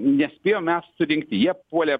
nespėjom mes surinkti jie puolė